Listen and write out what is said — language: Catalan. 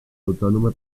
autònoma